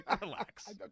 Relax